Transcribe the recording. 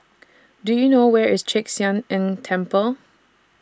Do YOU know Where IS Chek Sian Eng Temple